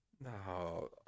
No